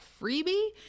freebie